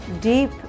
Deep